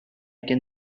can